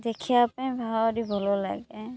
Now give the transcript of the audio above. ଦେଖିବା ପାଇଁ ଭାରି ଭଲ ଲାଗେ